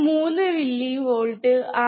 3 millivolt 6